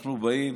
אנחנו באים